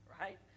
right